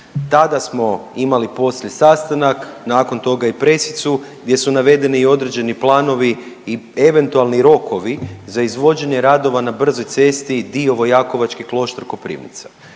Tada smo imali poslije sastanak, nakon toga i presicu gdje su navedeni i određeni planovi i eventualni rokovi za izvođenje radova na brzoj cesti dio Vojakovački Kloštar – Koprivnica.